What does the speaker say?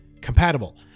compatible